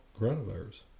coronavirus